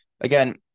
again